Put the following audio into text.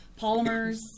polymers